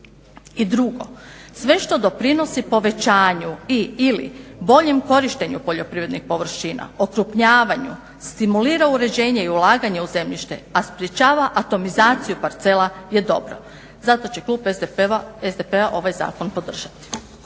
I drugo, sve što doprinosi povećanju i ili boljem korištenju poljoprivrednih površina, okrupnjavanju, stimulira uređenje i ulaganje u zemljište, a sprečava atomizaciju parcela je dobra. Zato će klub SDP-a ovaj zakon podržati.